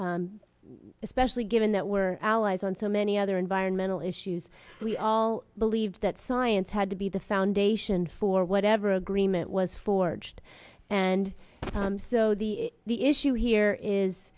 especially given that were allies on so many other environmental issues we all believe that science had to be the foundation for whatever agreement was forged and so the the issue here